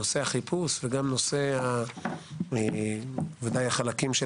נושא החיפוש ובוודאי גם נושא החלקים של